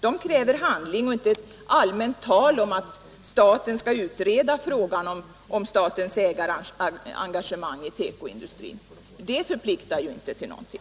De kräver handling, inte allmänt tal om att staten skall utreda frågan om statens ägarengagemang i tekoindustrin; det förpliktar inte till någonting.